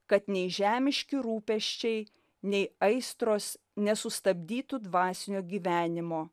kad nei žemiški rūpesčiai nei aistros nesustabdytų dvasinio gyvenimo